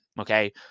okay